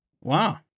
Wow